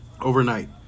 Overnight